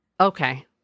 Okay